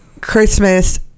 christmas